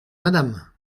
madame